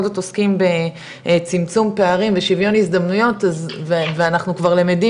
זאת עוסקים בצמצום פערים ושיווין הזדמנויות ואנחנו כבר למדים